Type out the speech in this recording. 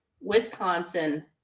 Wisconsin